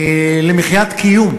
למחיית קיום,